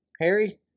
Harry